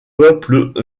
peuple